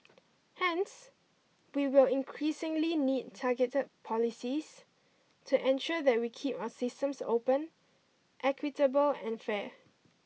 hence we will increasingly need targeted policies to ensure that we keep our systems open equitable and fair